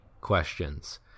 questions